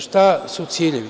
Šta su ciljevi?